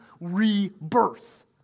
rebirth